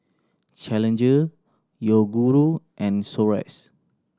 Challenger Yoguru and Xorex